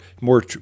more